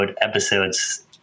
episodes